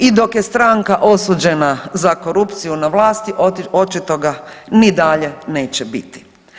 I dok je stranka osuđena za korupciju na vlasti, očito ga ni dalje neće biti.